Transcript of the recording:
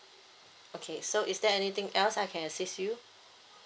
okay so is there anything else I can assist you